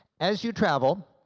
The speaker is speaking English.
as you travel,